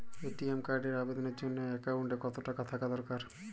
ATM কার্ডের আবেদনের জন্য অ্যাকাউন্টে কতো টাকা থাকা দরকার?